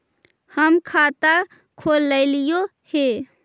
हम खाता खोलैलिये हे?